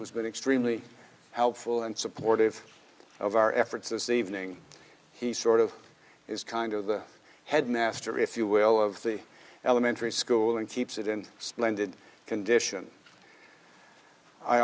who's been extremely helpful and supportive of our efforts this evening he sort of is kind of the headmaster if you will of the elementary school and keeps it in splendid condition i